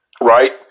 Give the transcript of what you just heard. right